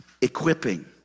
equipping